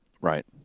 right